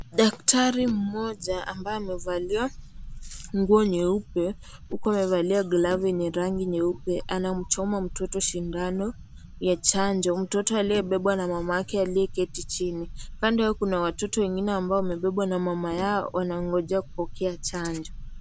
Daktari mmoja ambaye amevalia nguo nyeupe huku amevalia glavu yenye rangi nyeupe , anamchoma mtoto shindano ya chanjo. Mtoto aliyebebwa na mama yake aliyeketi chini. Upande mwingine kuna watoto ambao wamebebwa na mama yao wanangojea kupokea chanjo.